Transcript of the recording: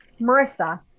Marissa